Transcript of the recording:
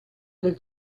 del